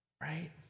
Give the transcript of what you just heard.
Right